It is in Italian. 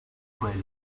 quelli